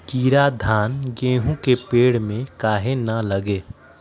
कीरा धान, गेहूं के पेड़ में काहे न लगे?